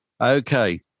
Okay